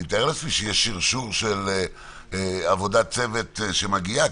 אני מתאר לעצמי שיש שרשור של עבודת צוות שמגיעה.